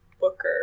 booker